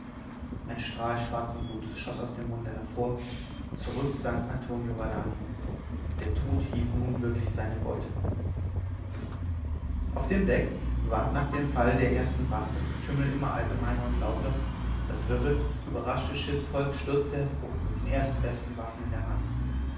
ein strahl schwarzen blutes schoß aus dem munde hervor zurück sank antonio valani der tod hielt nun wirklich seine beute auf deck ward nach dem fall der ersten wacht das getümmel immer allgemeiner und lauter das wirre überraschte schiffsvolk stürzte hervor mit den ersten besten waffen in der hand